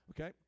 Okay